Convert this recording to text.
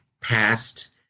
past